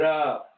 up